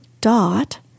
dot